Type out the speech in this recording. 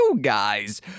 guys